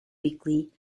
weekly